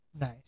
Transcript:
Nice